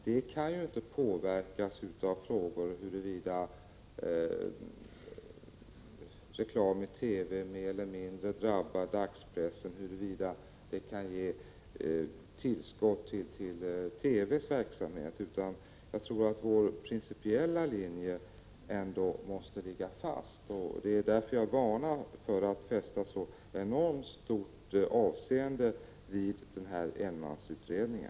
Detta ställningstagande gäller oberoende av om reklam i TV mer eller mindre drabbar dagspressen eller kan ge tillskott till TV:s verksamhet. Vår principiella linje måste ligga fast. Det är därför som jag varnar för att fästa så enormt stort avseende vid denne enmansutredare.